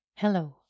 Hello